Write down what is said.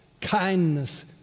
kindness